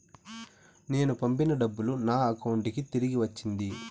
నేను పంపిన డబ్బులు నా అకౌంటు కి తిరిగి వచ్చింది